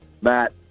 Matt